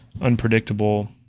unpredictable